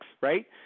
right